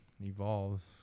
evolve